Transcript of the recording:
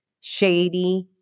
shady